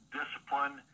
discipline